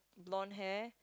blonde hair